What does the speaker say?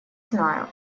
знаю